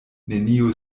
neniu